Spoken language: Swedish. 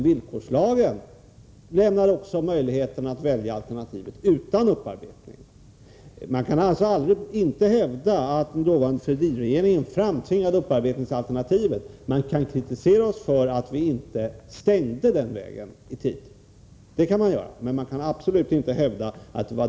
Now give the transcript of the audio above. Villkorslagen lämnar också möjligheten att välja alternativet utan upparbetning. Man kan inte hävda att den dåvarande Fälldin-regeringen framtvingade upparbetningsalternativet, men man kan kritisera oss för att vi inte stängde den vägen i tid.